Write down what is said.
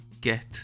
get